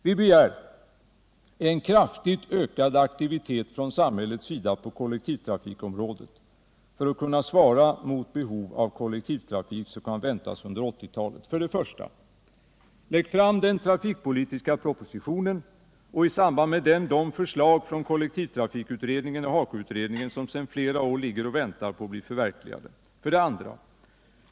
Vi begär en kraftigt ökad aktivitet från samhällets sida på kollektivtrafikområdet för att man skall kunna svara mot de behov av kollektivtrafik som kan väntas under 1980-talet. 1. Lägg fram den trafikpolitiska propositionen och beakta i samband med den de förslag från kollektivtrafikutredningen och HAKO-utredningen som sedan flera år ligger och väntar på att bli förverkligade. 2.